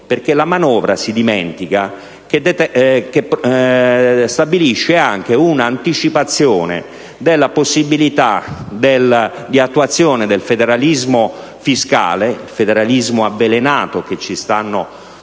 perché la manovra - si dimentica - stabilisce anche una anticipazione della possibilità di attuazione del federalismo fiscale - federalismo avvelenato che stanno